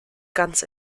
ganz